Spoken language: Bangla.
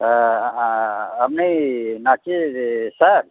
হ্যাঁ আপনি নাচের স্যার